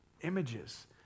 Images